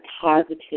positive